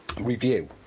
review